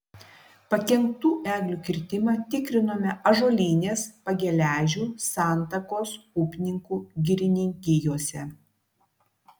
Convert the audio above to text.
pakenktų eglių kirtimą tikrinome ąžuolynės pageležių santakos upninkų girininkijose